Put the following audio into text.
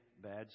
bad